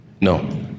No